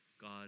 God